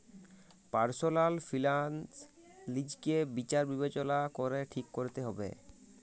personal finance লিজকে বিচার বিবচলা ক্যরে ঠিক ক্যরতে হুব্যে